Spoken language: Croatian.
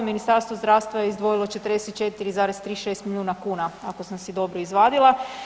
Ministarstvo zdravstva je izdvojilo 44,36 milijuna kuna ako sam si dobro izvadila.